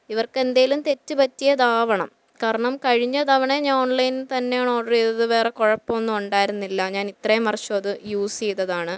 ഇവർക്ക് എന്തേലും തെറ്റ് പറ്റിയതാവണം കാരണം കഴിഞ്ഞ തവണ ഞാൻ ഓൺലൈനിന്ന് തന്നെയാണ് ഓഡറ് ചെയ്തത് വേറെ കുഴപ്പമൊന്നും ഉണ്ടായിരുന്നില്ല ഞാൻ ഇത്രയും വർഷം അത് യൂസ് ചെയ്തതാണ്